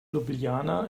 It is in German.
ljubljana